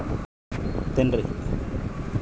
ನಾವು ಕರಾವಳಿರೂ ನಮ್ಗೆ ಸಮುದ್ರ ಮೀನು ತಿನ್ನಕ ಬಲು ಇಷ್ಟ